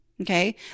Okay